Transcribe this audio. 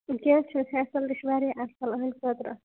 کیٚنٛہہ چھُنہٕ فیسلٹی چھِ واریاہ اَصٕل أہٕنٛدِ خٲطرٕ